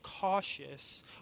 cautious